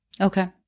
Okay